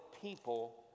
people